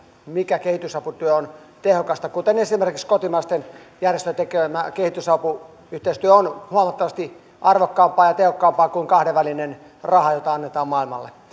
mikä kehitysaputyö on tehokasta kuten esimerkiksi kotimaisten järjestöjen tekemä kehitysapuyhteistyö on huomattavasti arvokkaampaa ja tehokkaampaa kuin kahdenvälinen raha jota annetaan maailmalle